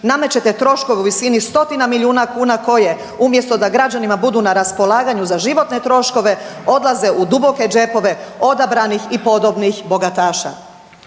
namećete troškove u visini stotina milijuna kuna, koje umjesto da građanima budu na raspolaganju za životne troškove, odlaze u duboke džepove odabranih i podobnih bogataša?